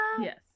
yes